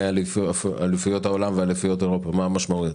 ואליפויות העולם ואליפויות אירופה מה המשמעויות.